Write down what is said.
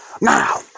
now